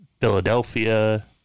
Philadelphia